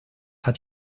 hat